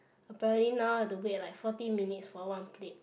apparently now have to wait like forty minutes for one plate